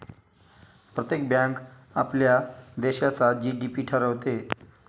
प्रत्येक बँक आपल्या देशाचा जी.डी.पी ठरवते